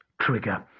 trigger